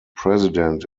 president